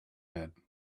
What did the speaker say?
bed